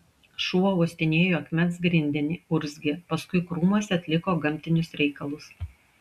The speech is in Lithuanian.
šuo uostinėjo akmens grindinį urzgė paskui krūmuose atliko gamtinius reikalus